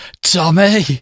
Tommy